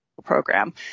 program